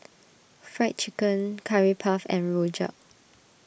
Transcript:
Fried Chicken Curry Puff and Rojak